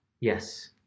Yes